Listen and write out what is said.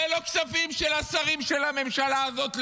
זה לא כספים של השרים של הממשלה הזאת.